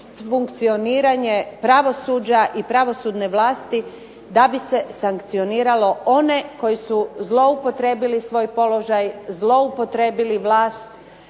funkcioniranje pravosuđa i pravosudne vlasti da bi se sankcioniralo one koji su zloupotrijebili svoj položaj, zloupotrijebili vlast.